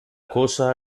cosa